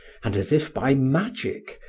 and as if by magic,